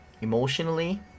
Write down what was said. emotionally